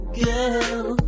girl